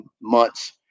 months